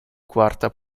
quarta